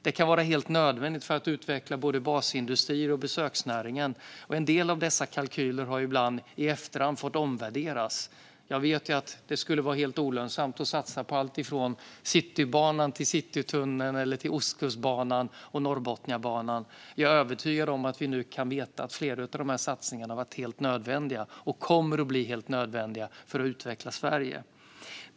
De kan vara helt nödvändiga för att utveckla både basindustrier och besöksnäring. En del av dessa kalkyler har fått omvärderas i efterhand. Vi fick höra att det skulle vara helt olönsamt att satsa på alltifrån Citybanan och Citytunneln till Ostkustbanan och Norrbotniabanan. Jag är övertygad om att vi nu kan veta att flera av de här satsningarna kommer att vara helt nödvändiga för att utveckla Sverige.